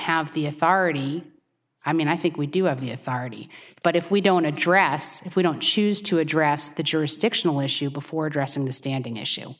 the authority i mean i think we do have the authority but if we don't address if we don't choose to address the jurisdictional issue before addressing the standing issue